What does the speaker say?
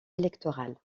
électorales